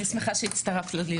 אני שמחה שהצטרפת לדיון שלנו.